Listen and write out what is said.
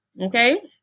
okay